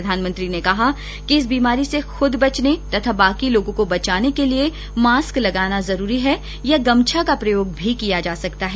प्रधानमंत्री ने कहा कि इस बीमारी से खुद बचने तथा बाकी लोगों को बचाने के लिए मास्क लगाना जरूरी है या गमछा का प्रयोग भी किया जा सकता है